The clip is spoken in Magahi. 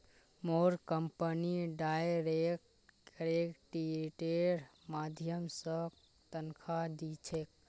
मोर कंपनी डायरेक्ट क्रेडिटेर माध्यम स तनख़ा दी छेक